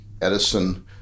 Edison